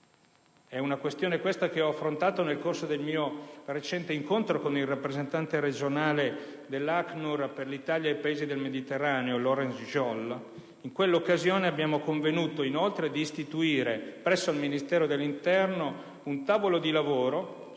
È una questione che ho affrontato nel corso del mio recente incontro con il rappresentante regionale dell'ACNUR per l'Italia e i Paesi del Mediterraneo Laurens Jolles. In quell'occasione abbiamo convenuto inoltre di istituire presso il Ministero dell'interno un tavolo di lavoro